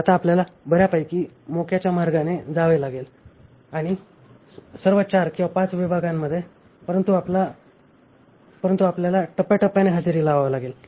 आता आपल्याला बर्यापैकी मोक्याच्या मार्गाने जावे लागेल आणि सर्व चार किंवा पाच विभागांमध्ये परंतु आपल्या टप्प्याटप्प्याने हजेरी लावावी लागेल